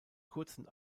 kurzen